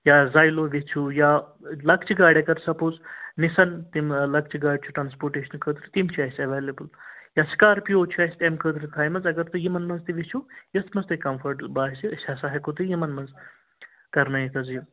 یا زَیلو ییٚژھِو یا لۄکچہِ گاڑِ اگر سَپوز نِسَن تِم لۄکچہِ گاڑِ چھِ ٹرٛانسپوٹیشنہٕ خٲطرٕ تِم چھِ اَسہِ اٮ۪ویلِبٕل یا سٕکارپِیو چھِ اَسہِ اَمہِ خٲطرٕ تھایمژٕ اگر تُہۍ یِمَن منٛز تہِ ییٚژھِو یَتھ منٛز تۄہہِ کمفٲٹ باسہِ أسۍ ہَسا ہٮ۪کو تۄہہِ یِمن منٛز کرنٲیِتھ حظ یہِ